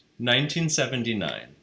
1979